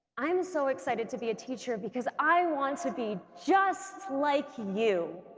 i'm so excited to be a teacher because i want to be just like you.